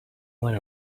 when